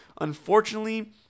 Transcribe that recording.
unfortunately